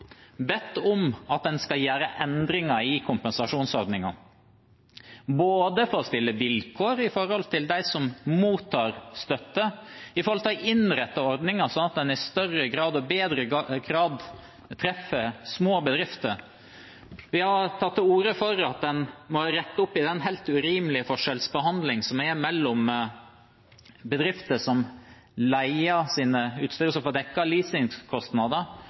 bedt om at en skal gjøre endringer i kompensasjonsordningen, både for å stille vilkår overfor dem som mottar støtte, og for å innrette ordningen slik at den i større grad og bedre treffer små bedrifter. Vi har tatt til orde for at en må rette opp i den helt urimelige forskjellsbehandlingen som er mellom bedrifter som leier sitt utstyr og får